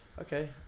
Okay